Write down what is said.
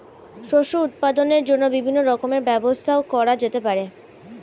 শস্য উৎপাদনের জন্য বিভিন্ন রকমের ব্যবস্থা করা যেতে পারে